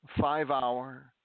five-hour